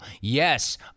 Yes